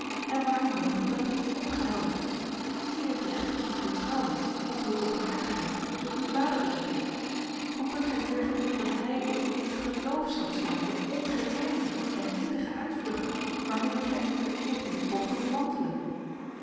en waarom dan uw gedrag niet opgehelderd wie heeft recht op uw vertrouwen op uw openhartigheid zoo uw vader dit niet heeft hoe kunt gij vergen dat hij of ik geloof zouden slaan aan de ongerijmde en nietige uitvluchten waarmede gij uwe verkeerdheden poogt te